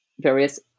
various